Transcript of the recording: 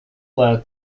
led